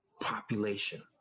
population